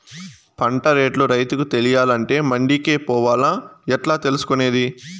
పంట రేట్లు రైతుకు తెలియాలంటే మండి కే పోవాలా? ఎట్లా తెలుసుకొనేది?